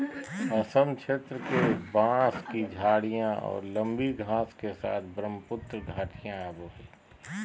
असम क्षेत्र के, बांस की झाडियाँ और लंबी घास के साथ ब्रहमपुत्र घाटियाँ आवो हइ